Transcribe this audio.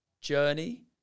journey